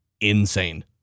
insane